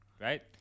right